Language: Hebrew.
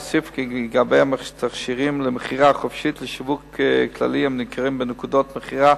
אוסיף כי לגבי תכשירים למכירה חופשית לשיווק כללי הנמכרים בנקודות מכירה